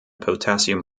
potassium